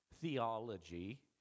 theology